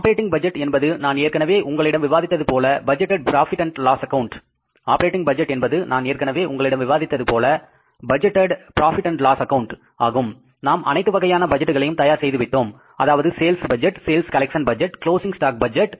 operating budget என்பது நான் ஏற்கனவே உங்களிடம் விவாதித்தது போல budgeted profit and loss account ஆகும் நாம் அனைத்து வகையான பட்ஜெட்களையும் தயார் செய்து விட்டோம் அதாவது sales budget sales collection budget closing stock budget